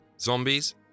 zombies